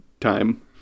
time